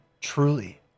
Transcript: truly